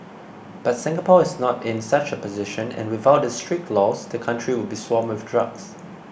but Singapore is not in such a position and without its strict laws the country would be swamped with drugs